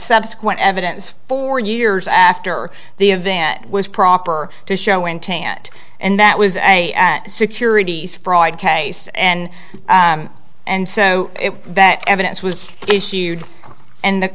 subsequent evidence four years after the event was proper to show in tant and that was a securities fraud case and and so that evidence was issued and the